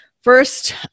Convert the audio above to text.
first